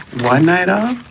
one night? um